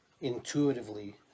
intuitively